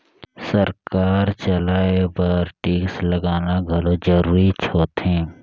सरकार चलाए बर टेक्स लगाना घलो जरूरीच होथे